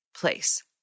Place